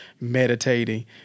meditating